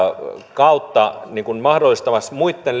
kautta mahdollistamassa muitten